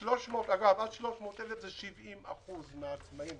אגב, עד 300,000 זה 70% מהעצמאים.